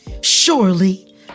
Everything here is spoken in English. Surely